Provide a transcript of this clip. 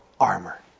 armor